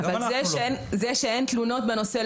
אבל זה שאין תלונות בנושא,